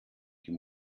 die